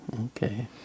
okay